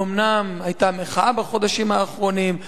ואומנם היתה מחאה בחודשים האחרונים,